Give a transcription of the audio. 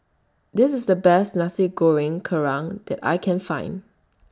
This IS The Best Nasi Goreng Kerang that I Can Find